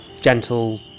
gentle